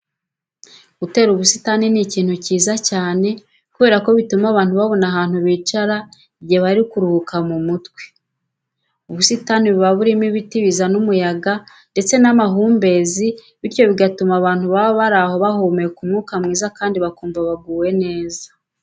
Gutera ubusitani ni ikintu cyiza cyane kubera ko bituma abantu babona ahantu bicara igihe bari kuruhuka mu mutwe. Ubusitani buba burimo ibiti bizana umuyaga ndetse n'amahumbezi bityo bigatuma abantu baba bari aho bahumeka umwuka mwiza kandi bakumva baguwe neza.